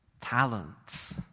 Talents